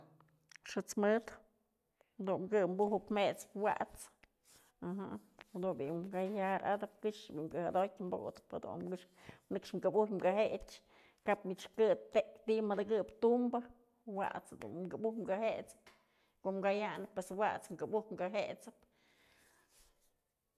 Xët's mëd jadun kë bujë jet'sëp wat's, kallaratëp këxë bi'i kë jodotyë botëp jadun këx, nëkxë këbuj kë jech kap mich kë tëk ti'i mëdëkëp tumbë, wat's dun këbuj kë jet'sëp koom kayanëp pues wat's kë bujë kë jet'sëp.